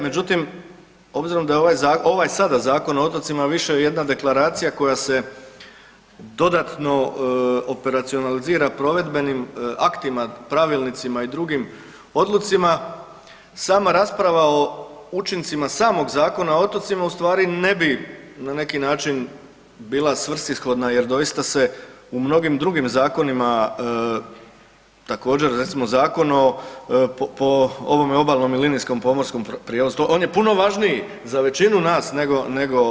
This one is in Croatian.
Međutim, obzirom da je ovaj Zakon o otocima više jedna deklaracija koja se dodatno operacionalizira provedbenim aktima, pravilnicima i drugim odlucima sama rasprava o učincima samog Zakona o otocima u stvari ne bi na neki način bila svrsishodna jer doista se u mnogim drugim zakonima također recimo Zakon o po ovom obalnom i linijskom pomorskom prijevozu, on je puno važniji za većinu nas nego sam Zakon o otocima možda.